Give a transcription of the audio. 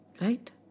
Right